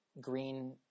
green